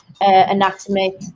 anatomy